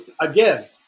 again –